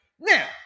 Now